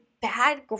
bad